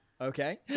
Okay